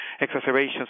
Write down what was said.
exacerbations